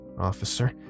officer